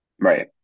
right